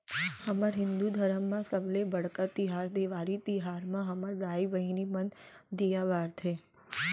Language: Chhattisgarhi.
हमर हिंदू धरम म सबले बड़का तिहार देवारी तिहार म हमर दाई बहिनी मन दीया बारथे